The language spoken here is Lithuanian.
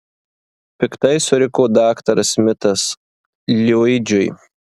piktai suriko daktaras smitas liudžiui